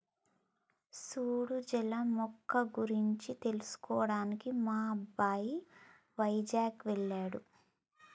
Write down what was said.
సూడు జల మొక్క గురించి తెలుసుకోవడానికి మా అబ్బాయి వైజాగ్ వెళ్ళాడు